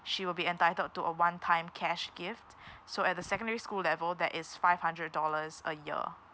she will be entitled to a one time cash gift so at the secondary school level that is five hundred dollars a year